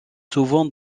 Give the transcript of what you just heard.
souvent